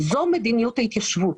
זו מדיניות ההתיישבות.